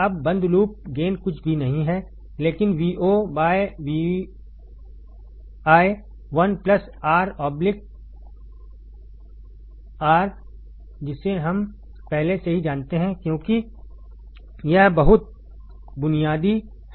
अब बंद loop gain कुछ भी नहीं है लेकिन VOबाय VI 1 प्लस R2 R1 हैजिसे हम पहले से ही जानते हैं क्योंकि यह बहुत बुनियादी है